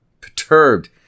perturbed